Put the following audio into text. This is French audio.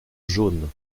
jaune